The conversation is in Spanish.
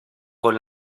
con